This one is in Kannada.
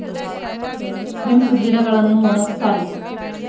ಹೆಂಪ್ ಗಿಡಗಳನ್ನು ಒಣಗಸ್ತರೆ